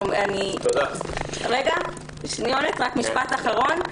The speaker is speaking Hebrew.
משפט אחרון: